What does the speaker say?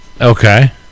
Okay